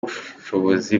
ubushobozi